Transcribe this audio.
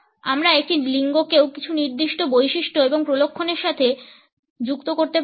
আমরা একটি লিঙ্গকেও কিছু নির্দিষ্ট বৈশিষ্ট্য এবং প্রলক্ষণের সাথে সংযুক্ত করতে পারিনা